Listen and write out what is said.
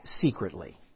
secretly